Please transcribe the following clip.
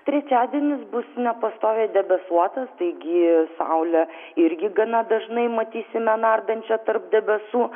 trečiadienis bus nepastoviai debesuotas taigi saulė irgi gana dažnai matysime nardančią tarp debesų